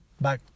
Bye